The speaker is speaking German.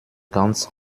ganz